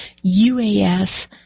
UAS